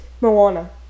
Moana